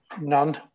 None